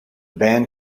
band